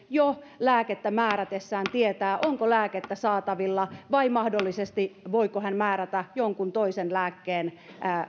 jo lääkettä määrätessään tietää onko lääkettä saatavilla vai voiko hän mahdollisesti määrätä jonkun toisen lääkkeen